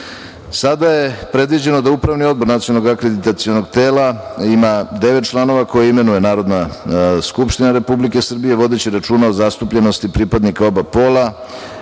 vi. Sada je predviđeno da Upravni odbor Nacionalnog akreditacionog tela ima devet članova koje imenuje Narodna skupština Republike Srbije, vodeći računa o zastupljenosti pripadnika oba pola